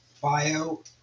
bio